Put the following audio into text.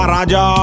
Raja